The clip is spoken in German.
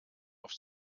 auf